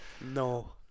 No